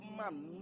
man